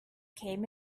came